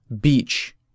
beach